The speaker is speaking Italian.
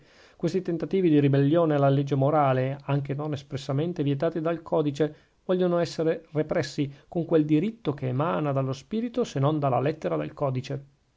questi tentativi di ribellione alla legge morale anche non espressamente vietati dal codice vogliono essere repressi con quel diritto che emana dallo spirito se non dalla lettera del codice